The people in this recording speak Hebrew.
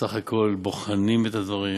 בסך הכול בוחנים את הדברים.